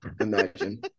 imagine